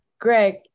Greg